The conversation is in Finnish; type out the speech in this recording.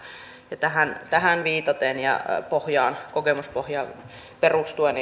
ja tähän tähän viitaten ja kokemuspohjaan perustuen